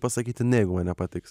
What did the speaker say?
pasakyti ne jeigu man nepatiks